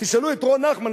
תשאלו את רון נחמן,